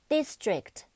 District